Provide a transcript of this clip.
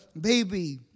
baby